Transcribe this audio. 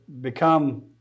become